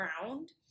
ground